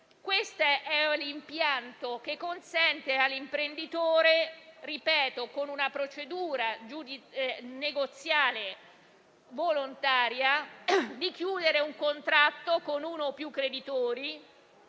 Questo impianto consente all'imprenditore con una procedura negoziale volontaria di chiudere un contratto con uno o più creditori,